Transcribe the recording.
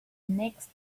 next